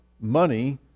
money